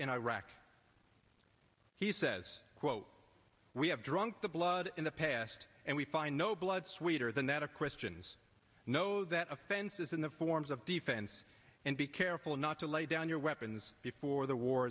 in iraq he says quote we have drunk the blood in the past and we find no blood sweeter than that of christians know that offense is in the forms of defense and be careful not to lay down your weapons before the war